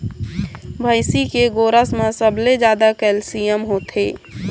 भइसी के गोरस म सबले जादा कैल्सियम होथे